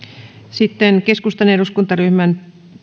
keskustan eduskuntaryhmän